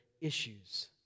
issues